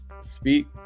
speak